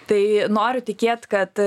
tai noriu tikėt kad